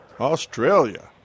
Australia